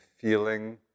feeling